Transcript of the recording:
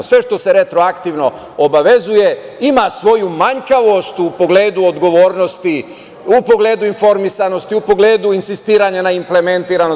Sve što se retroaktivno obavezuje ima svoju manjkavost u pogledu odgovornosti, u pogledu informisanosti, u pogledu insistiranja na implementaciji.